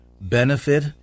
benefit